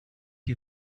you